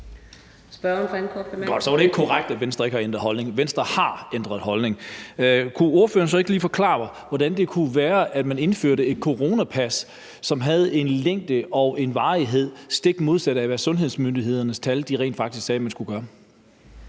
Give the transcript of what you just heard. så var det ikke korrekt, at Venstre ikke har ændret holdning. Venstre har ændret holdning. Kan ordføreren så ikke lige forklare mig, hvordan det kunne være, at man indførte et coronapas, som havde en længde og en varighed, der var stik modsat det, som sundhedsmyndighedernes tal rent faktisk sagde at man skulle gøre?